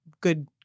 good